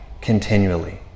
continually